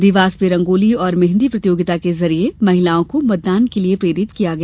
देवास में रंगोली और मेहंदी प्रतियोगिता के जरिए महिलाओं को मतदान के लिये प्रेरित किया गया